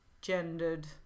gendered